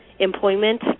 Employment